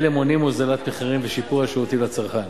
אלה מונעים הוזלת מחירים ושיפור השירותים לצרכן.